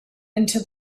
into